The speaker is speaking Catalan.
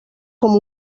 com